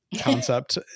concept